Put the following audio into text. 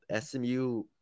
SMU